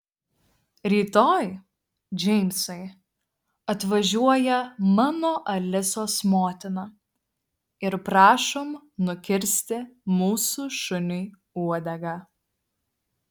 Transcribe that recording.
rytoj džeimsai atvažiuoja mano alisos motina ir prašom nukirsti mūsų šuniui uodegą